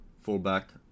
fullback